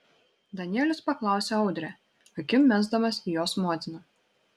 danielius paklausė audrę akim mesdamas į jos motiną